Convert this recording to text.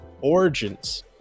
Origins